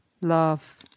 love